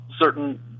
certain